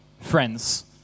friends